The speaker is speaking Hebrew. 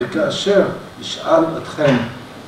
וכאשר ישאל אתכם